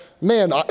man